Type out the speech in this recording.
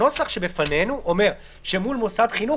הנוסח שבפנינו אומר שמול מוסד חינוך